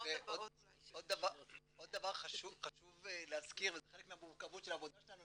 עוד דבר חשוב להזכיר וזה חלק מהמורכבות של העבודה שלנו,